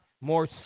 more